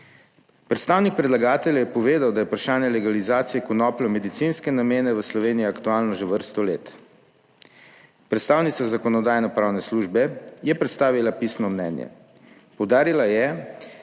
Predstavnik predlagatelja je povedal da je vprašanje legalizacije konoplje v medicinske namene v Sloveniji aktualno že vrsto let, predstavnica Zakonodajno-pravne službe je predstavila pisno mnenje. Poudarila je